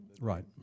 Right